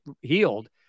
healed